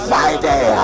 Friday